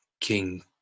King